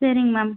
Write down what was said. சரிங்க மேம்